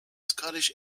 scottish